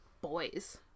boys